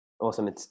Awesome